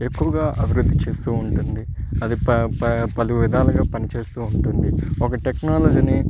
ఎక్కువగా అభివృద్ధి చేస్తు ఉంటుంది అది ప ప పలు విధాలుగా పనిచేస్తూ ఉంటుంది ఒక టెక్నాలజీని